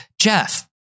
Jeff